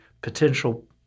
potential